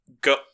go